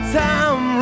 time